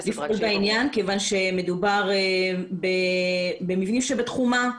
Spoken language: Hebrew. בעניין כיוון שמדובר במבנים שבתחומה.